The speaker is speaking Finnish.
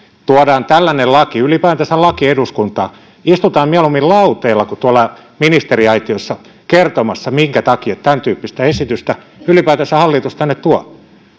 tuodaan tällainen laki ylipäätänsä laki eduskuntaan istutaan mieluummin lauteilla kuin tuolla ministeriaitiossa kertomassa minkä takia tämän tyyppistä esitystä hallitus ylipäätänsä tänne tuo